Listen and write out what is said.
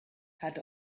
had